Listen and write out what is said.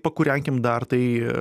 pakūrenkim dar tai